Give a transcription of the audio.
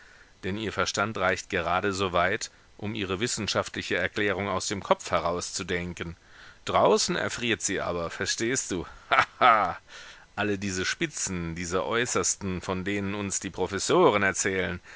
denn ihr verstand reicht gerade so weit um ihre wissenschaftliche erklärung aus dem kopf herauszudenken draußen erfriert sie aber verstehst du ha ha alle diese spitzen diese äußersten von denen uns die professoren erzählen